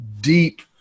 deep